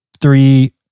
three